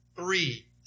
three